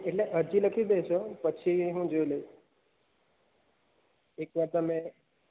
એટલે અરજી લખી દેશે પછી હું જોઈ લઉ એકવાર તમે